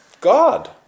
God